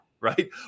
right